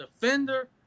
defender –